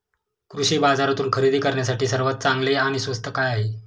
कृषी बाजारातून खरेदी करण्यासाठी सर्वात चांगले आणि स्वस्त काय आहे?